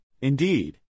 Indeed